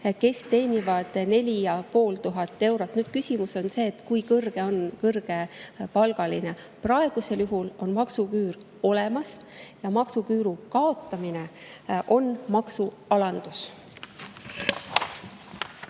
kes teenivad 4500 eurot. Nüüd, küsimus on see, kui [palju teenib] kõrgepalgaline. Praegusel juhul on maksuküür olemas ja maksuküüru kaotamine on maksualandus.